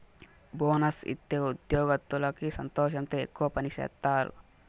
bonus ఇత్తే ఉద్యోగత్తులకి సంతోషంతో ఎక్కువ పని సేత్తారు